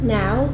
now